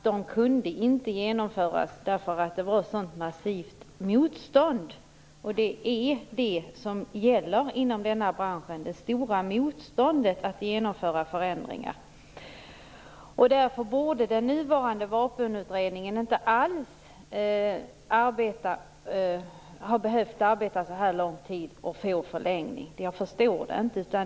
De kunde inte genomföras därför att det var ett sådant massivt motstånd. Det är det som gäller inom denna bransch, det stora motståndet mot att genomföra förändringar. Därför borde den nuvarande vapenutredningen inte alls ha behövt arbeta så här lång tid och få förlängning. Jag förstår inte det.